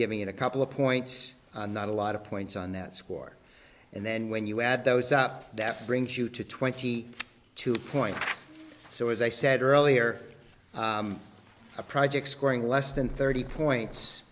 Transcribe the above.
giving it a couple of points not a lot of points on that score and then when you add those up that brings you to twenty two points so as i said earlier a project scoring less than thirty points